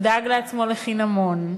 הוא דאג לעצמו לחינמון,